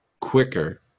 quicker